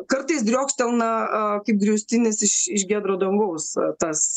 kartais driokstelna aa kaip griaustinis iš iš giedro dangaus tas